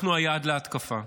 אנחנו היעד להתקפה.